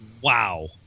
wow